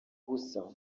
gusa